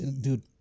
Dude